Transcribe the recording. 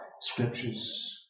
scriptures